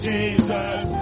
Jesus